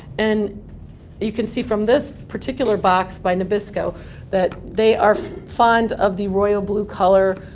and you can see from this particular box by nabisco that they are fond of the royal blue color.